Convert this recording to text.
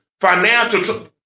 financial